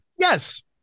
Yes